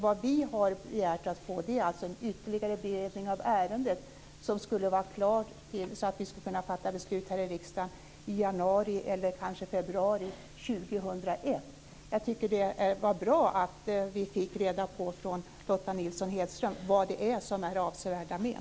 Vad vi har begärt att få är ytterligare beredning av ärendet som är klar tidsmässigt så att riksdagen kan fatta beslut i januari, eller kanske februari 2001. Det är bra att vi av Lotta Nilsson-Hedström fick reda på vad som är avsevärda men.